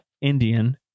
Indian